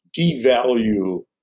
devalue